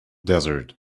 desert